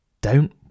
Don't